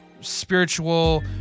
spiritual